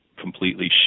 completely